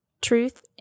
Truth